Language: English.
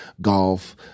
golf